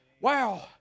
Wow